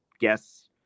guess